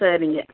சரிங்க